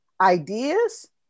ideas